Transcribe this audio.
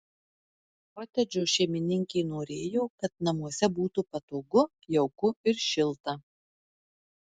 kotedžo šeimininkė norėjo kad namuose būtų patogu jauku ir šilta